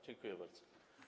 Dziękuję bardzo.